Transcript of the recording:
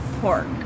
pork